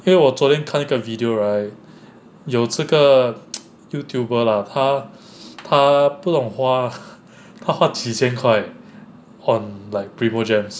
因为我昨天看一个 video right 有这个 youtuber lah 他他不懂花他花几千块 on like primogems